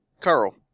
Carl